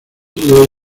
todo